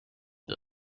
the